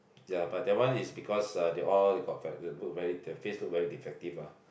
ya but that one is because they all they got the face look very defective ah